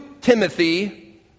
Timothy